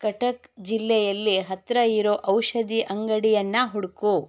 ಕಟಕ್ ಜಿಲ್ಲೆಯಲ್ಲಿ ಹತ್ತಿರ ಇರೊ ಔಷಧಿ ಅಂಗಡಿಯನ್ನು ಹುಡುಕು